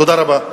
תודה רבה.